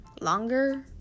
longer